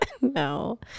No